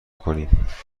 کنیم